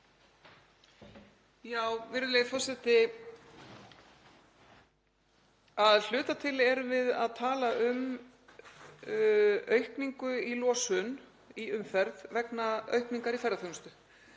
Virðulegi forseti. Að hluta til erum við að tala um aukningu á losun í umferð vegna vaxtar í ferðaþjónustu;